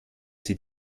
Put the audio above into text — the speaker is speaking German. sie